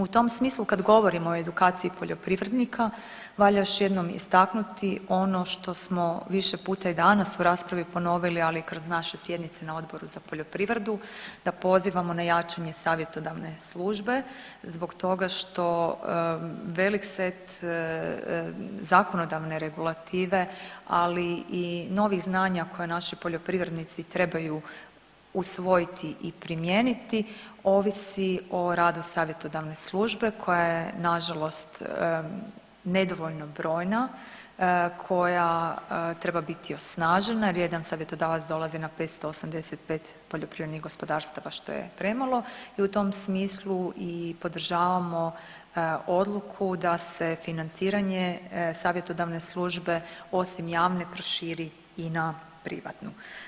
U tom smislu kad govorimo o edukaciji poljoprivrednika valja još jednom istaknuti ono što smo više puta i danas u raspravi ponovili, ali i kroz naše sjednice na Odboru za poljoprivredu da pozivamo na jačanje savjetodavne službe zbog toga što velik set zakonodavne regulative, ali i novih znanja koje naši poljoprivrednici trebaju usvojiti i primijeniti ovisi o radu savjetodavne službe koja je nažalost nedovoljno brojna, koja treba biti osnažena jer jedan savjetodavac dolazi na 585 poljoprivrednih gospodarstava što je premalo i u tom smislu i podržavamo odluku da se financiranje savjetodavne službe osim javne proširi i na privatnu.